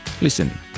listen